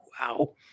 Wow